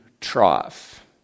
trough